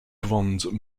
bronze